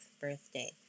birthday